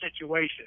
situation